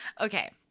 Okay